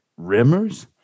Rimmers